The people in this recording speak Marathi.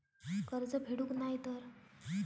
कर्ज फेडूक नाय तर?